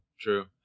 true